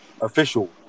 official